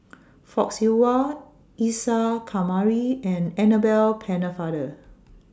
Fock Siew Wah Isa Kamari and Annabel Pennefather